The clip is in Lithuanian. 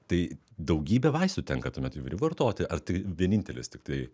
tai daugybę vaistų tenka tuomet jį vartoti ar tai vienintelis tiktai